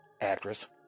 actress